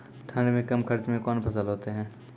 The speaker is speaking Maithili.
ठंड मे कम खर्च मे कौन फसल होते हैं?